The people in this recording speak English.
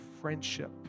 friendship